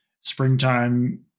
springtime